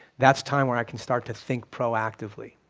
that's time where i can start to think proactively,